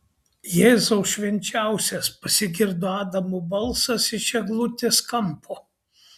jėzau švenčiausias pasigirdo adamo balsas iš eglutės kampo